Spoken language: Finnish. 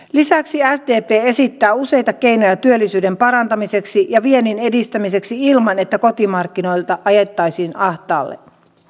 lisäksi sdp esittää useita keinoja työllisyyden parantamiseksi ja viennin edistämiseksi ilman että kotimarkkinoita ajettaisiin ahtaalle